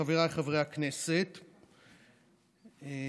חבריי חברי הכנסת, ככה: